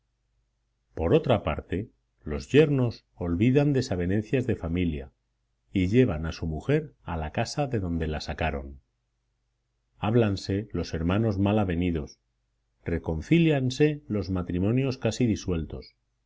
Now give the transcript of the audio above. por otra parte los yernos olvidan desavenencias de familia y llevan a su mujer a la casa de donde la sacaron háblanse los hermanos mal avenidos reconcílianse los matrimonios casi disueltos